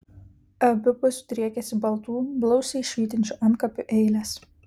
abipus driekėsi baltų blausiai švytinčių antkapių eilės